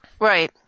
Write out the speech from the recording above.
Right